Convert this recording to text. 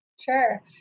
Sure